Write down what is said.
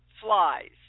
Flies